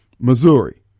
Missouri